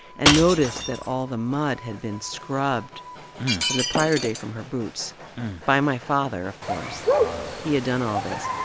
and noticed that all the mud had been scrubbed from the prior day from her boots by my father, of course wow he had done all this.